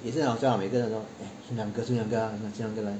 也是很好笑 lah 每个人讲说 eh uncle uncle uncle 来